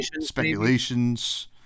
speculations